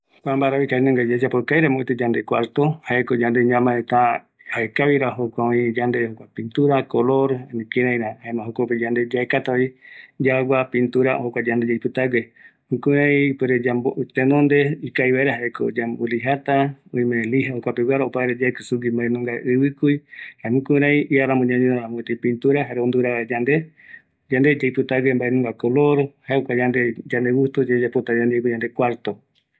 Aikatu vaera ikavi ayapo, jaeko ayoeta ovapetea, aɨkärïta lijape, jokogui aekata mbaenunga aipota pintura agua, se aipotarami, jukurai ayapota ikavivaera